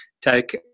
take